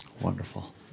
Wonderful